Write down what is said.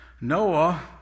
Noah